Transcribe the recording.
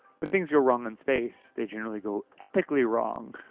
when things go wrong in space, they generally go epically wrong.